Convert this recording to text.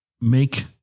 make